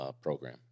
program